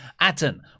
Atten